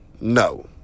no